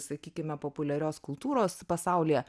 sakykime populiarios kultūros pasaulyje